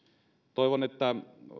toivon että